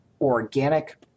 organic